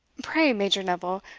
pray, major neville,